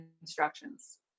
instructions